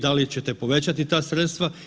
Da li ćete povećati ta sredstva?